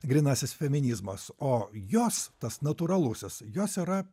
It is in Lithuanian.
grynasis feminizmas o jos tas natūralusis jos yra